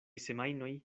semajnoj